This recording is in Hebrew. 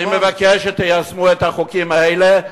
אני מבקש שתיישמו את החוקים האלה,